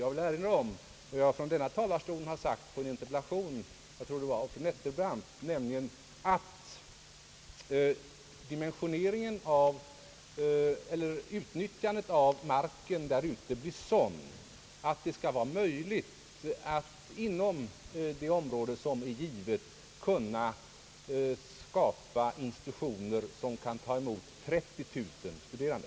Jag vill erinra om vad jag från andra kammarens talarstol har sagt i en interpellationsdebatt med fru Nettelbrandt, nämligen att utnyttjandet av marken där ute blir sådan, att det skall vara möjligt att inom de områden som är givna kunna skapa institutioner, som kan ta emot 30 000 studerande.